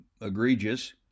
egregious